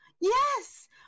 Yes